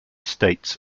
states